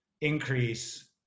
increase